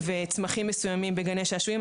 שתילים וצמחים מסוימים בגני שעשועים.